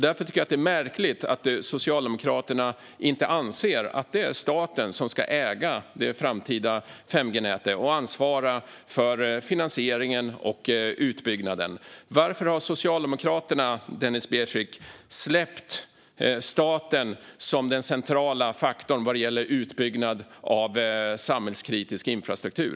Därför tycker jag att det är märkligt att Socialdemokraterna inte anser att det är staten som ska äga det framtida 5G-nätet och ansvara för finansieringen och utbyggnaden. Varför, Denis Begic, har Socialdemokraterna släppt staten som den centrala faktorn vad gäller utbyggnad av samhällskritisk infrastruktur?